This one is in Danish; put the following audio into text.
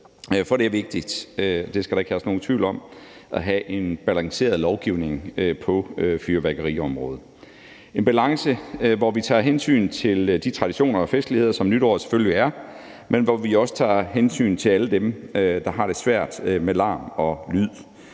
For det er vigtigt – det skal der ikke herske nogen tvivl om – at have en balanceret lovgivning på fyrværkeriområdet, en balance, hvor vi tager hensyn til de traditioner og festligheder, som nytåret selvfølgelig er, men hvor vi også tager hensyn til alle dem, der har det svært med larmen og lydene.